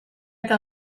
eta